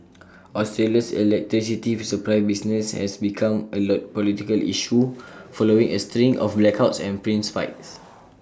Australia's electricity supply business has becomes A lot political issue following A string of blackouts and price spikes